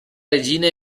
regina